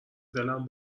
دلم